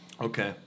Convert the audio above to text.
Okay